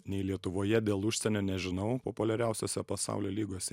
nei lietuvoje dėl užsienio nežinau populiariausiose pasaulio lygose